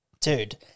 Dude